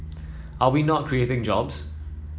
are we not creating jobs